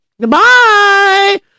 Goodbye